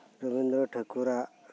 Rabindranath ᱴᱷᱟᱠᱩᱨᱟᱜ